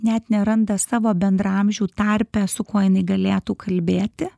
net neranda savo bendraamžių tarpe su kuo jinai galėtų kalbėti